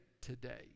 today